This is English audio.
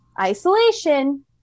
isolation